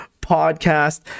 podcast